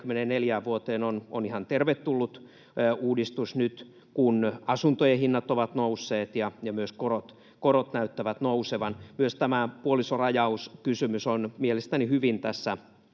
vuoteen, on ihan tervetullut uudistus nyt, kun asuntojen hinnat ovat nousseet ja myös korot näyttävät nousevan. Myös tämä puolisorajauskysymys on mielestäni hyvin tässä